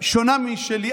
שונה משלי.